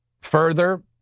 further